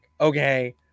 okay